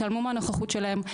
התעלמו מהנוכחות שלהם.